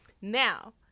Now